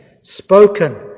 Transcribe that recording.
spoken